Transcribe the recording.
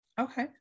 Okay